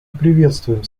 приветствуем